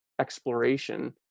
exploration